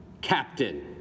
captain